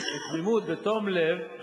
בתמימות, בתום לב,